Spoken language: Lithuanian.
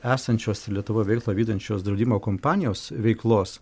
esančios lietuvoje verslą vykdančios draudimo kompanijos veiklos